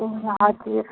ए हजुर